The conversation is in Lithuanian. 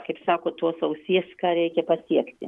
kaip sako tos ausies ką reikia patiekti